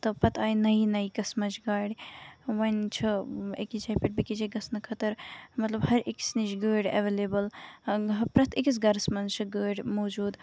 تہٕ پَتہٕ آیہِ نَیہِ نَیہِ قٕسمٕچ گاڑِ وۄنۍ چھُ أکِس جایہِ پٮ۪ٹھ بیٚیہِ کِس جایہِ گژھنہٕ خٲطرٕ مطلب ہر أکِس نش گٲڑۍ ایویلیبٕل پرٛٮ۪تھ أکِس گرَس منٛز چھِ گٲڑۍ موٗجوٗد